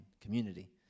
community